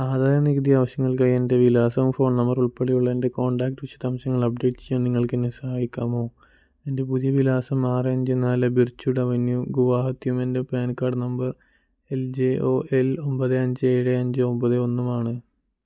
ആദായനികുതി ആവശ്യങ്ങൾക്കായി എൻ്റെ വിലാസവും ഫോൺ നമ്പറും ഉൾപ്പെടെയുള്ള എൻ്റെ കോൺടാക്റ്റ് വിശദാംശങ്ങൾ അപ്ഡേറ്റ് ചെയ്യാൻ നിങ്ങൾക്കെന്നെ സഹായിക്കാമോ എൻ്റെ പുതിയ വിലാസം ആറ് അഞ്ച് നാല് ബിർച്ച്വുഡ് അവന്യൂ ഗുവാഹത്തിയും എൻ്റെ PAN card number L J O L ഒമ്പത് അഞ്ച് ഏഴ് അഞ്ച് ഒമ്പത് ഒന്നുമാണ്